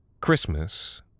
Christmas